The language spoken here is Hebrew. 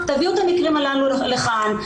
תביאו את המקרים הללו לכאן,